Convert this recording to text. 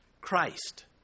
Christ